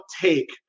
take